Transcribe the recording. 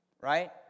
right